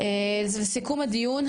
אז לסיכום הדיון,